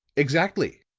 exactly,